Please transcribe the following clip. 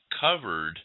covered –